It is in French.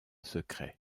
secret